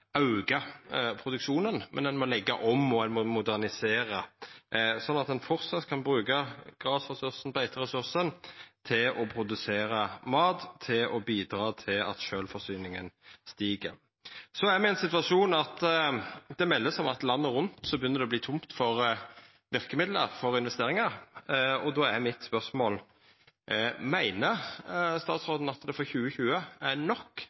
auka produksjonen, men må leggja om og modernisera slik at ein framleis kan bruka gras- og beiteressursane til å produsera mat – og slik bidra til at sjølvforsyninga stig. Situasjonen er at det vert meldt landet rundt at det begynner å verta tomt for investeringsverkemiddel. Då er mitt spørsmål: Meiner statsråden at det for 2020 er nok